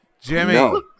Jimmy